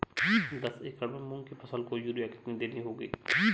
दस एकड़ में मूंग की फसल को यूरिया कितनी देनी होगी?